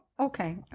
Okay